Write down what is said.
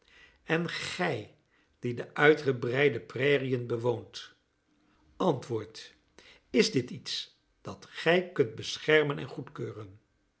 en gij die de uitgebreide prairiën bewoont antwoordt is dit iets dat gij kunt beschermen en goedkeuren